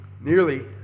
nearly